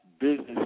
business